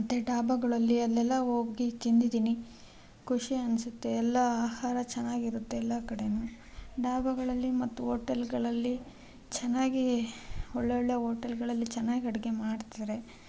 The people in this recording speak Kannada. ಮತ್ತೆ ಡಾಬಾಗಳಲ್ಲಿ ಅಲ್ಲೆಲ್ಲ ಹೋಗಿ ತಿಂದಿದ್ದೀನಿ ಖುಷಿ ಅನ್ನಿಸುತ್ತೆ ಎಲ್ಲ ಆಹಾರ ಚೆನ್ನಾಗಿರುತ್ತೆ ಎಲ್ಲ ಕಡೇನೂ ಡಾಬಾಗಳಲ್ಲಿ ಮತ್ತು ಹೋಟೆಲ್ಗಳಲ್ಲಿ ಚೆನ್ನಾಗಿ ಒಳ್ಳೊಳ್ಳೆ ಹೋಟೆಲ್ಗಳಲ್ಲಿ ಚೆನ್ನಾಗಿ ಅಡುಗೆ ಮಾಡ್ತಾರೆ